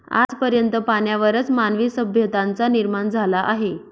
आज पर्यंत पाण्यावरच मानवी सभ्यतांचा निर्माण झाला आहे